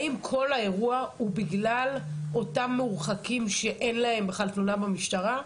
האם כל האירוע הוא בגלל אותם מורחקים שאין להם בכלל תלונה במשטרה?